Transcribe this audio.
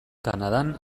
kanadan